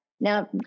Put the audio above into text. Now